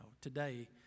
today